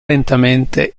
lentamente